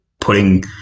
putting